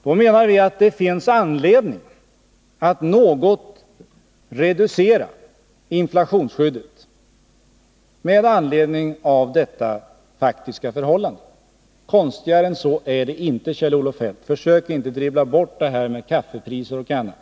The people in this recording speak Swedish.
Vi menar att det finns anledning att något reducera inflationsskyddet med anledning av detta faktiska förhållande. Konstigare än så är det inte, Kjell-Olof Feldt. Försök inte dribbla bort detta med att tala om kaffepriser och annat!